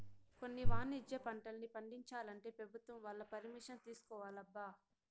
కొన్ని వాణిజ్య పంటల్ని పండించాలంటే పెభుత్వం వాళ్ళ పరిమిషన్ తీసుకోవాలబ్బా